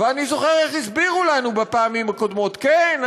ואני זוכר איך הסבירו לנו בפעמים הקודמות: כן,